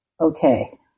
Okay